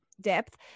depth